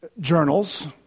journals